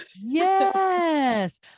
Yes